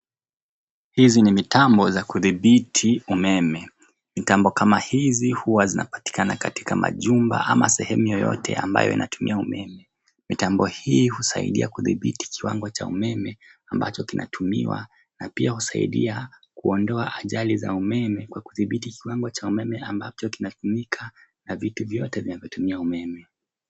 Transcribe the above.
Hizi ni mitambo za kudhibiti umeme. Mitambo kama hizi huwa zinapatikana katika majumba ama sehemu yoyote ambayo inatumia umeme. Mitambo hii husaidia kudhibiti kiwango cha umeme ambacho kinatumiwa na pia husaidia kuondoa ajali za umeme kwa kudhibiti kiwango cha umeme ambacho kinatumika na vitu vyote vinatumia umeme.